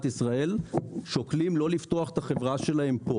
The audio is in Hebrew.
ישראל שוקלים לא לפתוח את החברה שלהם כאן.